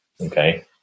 okay